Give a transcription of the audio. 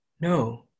No